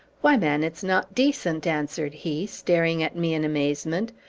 why, man, it's not decent! answered he, staring at me in amazement.